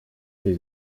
tej